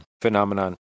phenomenon